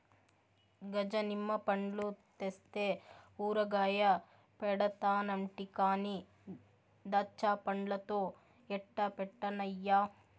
గజ నిమ్మ పండ్లు తెస్తే ఊరగాయ పెడతానంటి కానీ దాచ్చాపండ్లతో ఎట్టా పెట్టన్నయ్యా